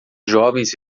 jovens